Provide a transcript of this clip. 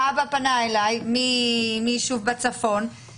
אבא מיישוב צפון פנה אליי,